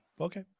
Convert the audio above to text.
Okay